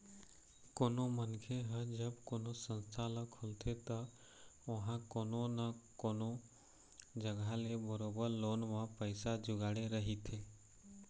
कोनो मनखे ह जब कोनो संस्था ल खोलथे त ओहा कोनो न कोनो जघा ले बरोबर लोन म पइसा जुगाड़े रहिथे